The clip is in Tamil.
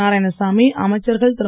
நாராயணசாமி அமைச்சர்கள் திரு